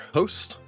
host